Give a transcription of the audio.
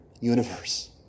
universe